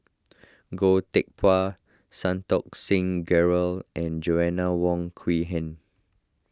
Goh Teck Phuan Santokh Singh Grewal and Joanna Wong Quee Heng